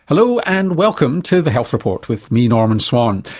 hello, and welcome to the health report with me, norman swan.